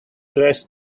dress